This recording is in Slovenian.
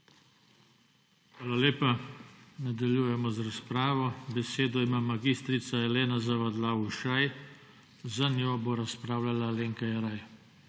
Hvala lepa. Nadaljujemo z razpravo. Besedo ima mag. Elena Zavadlav Ušaj, za njo bo razpravljala Alenka Jeraj.